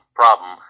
problem